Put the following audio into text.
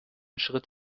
schritt